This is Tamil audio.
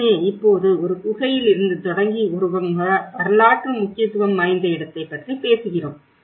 எனவே இப்போது ஒரு குகையில் இருந்து தொடங்கி ஒரு வரலாற்று முக்கியத்துவம் வாய்ந்த இடத்தைப் பற்றிப் பேசுகிறோம்